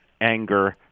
anger